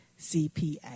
CPA